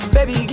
Baby